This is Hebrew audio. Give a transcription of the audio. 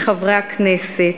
לחברי הכנסת,